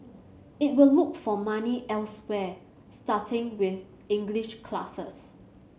it will look for money elsewhere starting with English classes